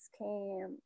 came